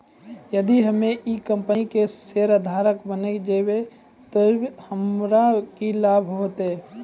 यदि हम्मै ई कंपनी के शेयरधारक बैन जैबै तअ हमरा की लाभ होतै